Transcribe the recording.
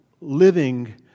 living